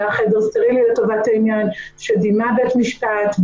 היה חדר סטרילי לטובת העניין שדימה בית משפט,